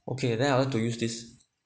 okay then I want to use this